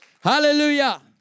Hallelujah